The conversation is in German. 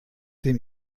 dem